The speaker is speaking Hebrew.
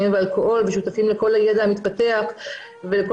סמים ואלכוהול ושותפים לכל הידע המתפתח ולכל